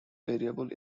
variable